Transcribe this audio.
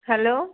hello